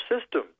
system